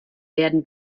werden